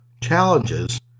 challenges